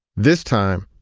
this time,